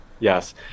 Yes